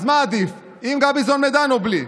אז מה עדיף, עם גביזון-מדן או בלי?